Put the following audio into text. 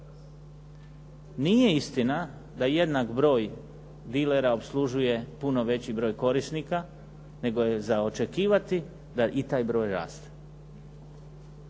Nije istina da jednak broj dilera opslužuje puno veći broj korisnika, nego je za očekivati da i taj broj raste.